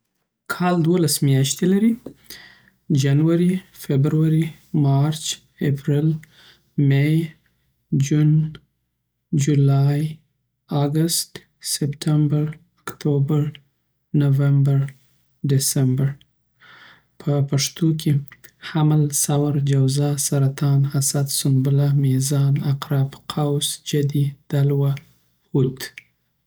کال دولس میاشتی لری جنوری، فبروری، مارچ، اپریل، می، جون، جولای، اګست، سپتمبر، اکتوبر، نومبر، ډسمبر په پښتوکی حمل، ثور، جوزا، سرطان، اسد، سنبله، میزان، عقرب، قوس، جدی، دلوه، حوت